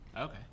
Okay